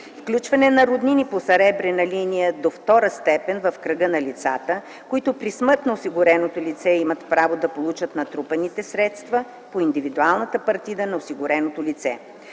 включване на роднини по съребрена линия до втора степен в кръга на лицата, които при смърт на осигуреното лице имат право да получат натрупаните средства по индивидуалната партида на осигуреното лице.